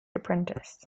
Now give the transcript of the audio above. apprentice